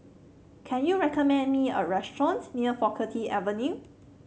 can you recommend me a restaurant near Faculty Avenue